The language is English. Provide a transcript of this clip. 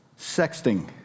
sexting